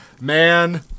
Man